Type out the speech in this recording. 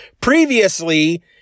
Previously